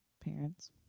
parents